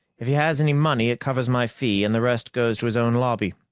if he has any money, it covers my fee and the rest goes to his own lobby.